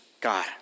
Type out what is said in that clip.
God